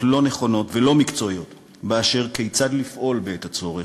לא נכונות ולא מקצועיות כיצד לפעול בעת הצורך.